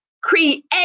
create